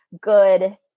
good